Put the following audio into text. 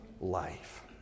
life